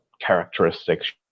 characteristics